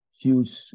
huge